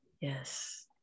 Yes